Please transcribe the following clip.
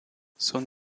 son